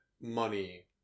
money